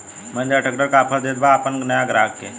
Mahindra tractor का offer देत बा अपना नया ग्राहक के?